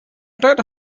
their